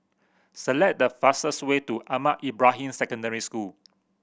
select the fastest way to Ahmad Ibrahim Secondary School